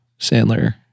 sandler